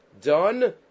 done